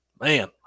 man